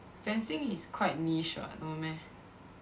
fencing is quite niche [what] not meh